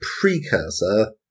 Precursor